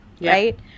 right